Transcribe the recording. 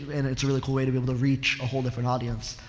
and it's a really cool way to be able to reach a whole different audience.